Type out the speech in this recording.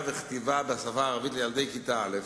וכתיבה בשפה הערבית לילדי כיתה א'",